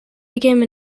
became